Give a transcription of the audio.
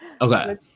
okay